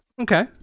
Okay